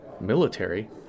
military